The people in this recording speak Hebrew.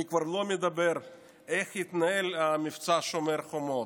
אני כבר לא מדבר על איך התנהל המבצע שומר חומות.